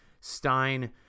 Stein